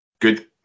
good